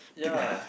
ya